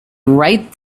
right